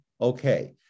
Okay